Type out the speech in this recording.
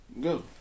go